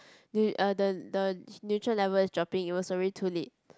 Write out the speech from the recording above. neu~ uh the the neutral level is dropping it was already too late